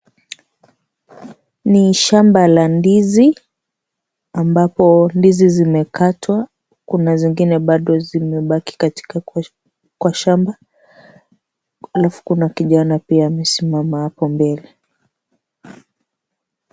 Ni shamba la ndizi ambapo ndizi zimekatwa. Kuna zingine bado zimebaki kwa shamba halafu kuna kijana pia amesimama hapo mbele.